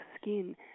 skin